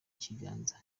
kiganza